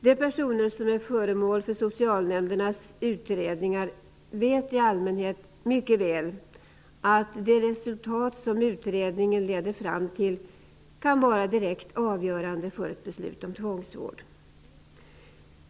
De personer som är föremål för socialnämndernas utredningar vet i allmänhet mycket väl att det resultat som utredningen leder fram till kan vara direkt avgörande för ett beslut om tvångsvård.